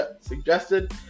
suggested